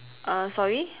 err sorry